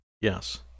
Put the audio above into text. Yes